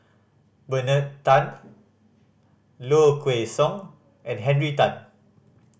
Bernard Tan Low Kway Song and Henry Tan